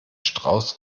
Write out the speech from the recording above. strauß